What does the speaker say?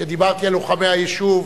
שדיברתי על לוחמי היישוב,